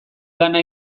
lana